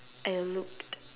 I looked